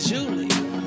Julie